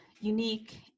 unique